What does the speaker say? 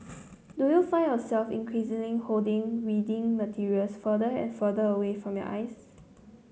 do you find yourself increasingly holding reading materials further and further away from your eyes